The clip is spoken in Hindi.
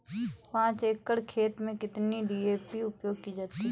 पाँच एकड़ खेत में कितनी डी.ए.पी उपयोग की जाती है?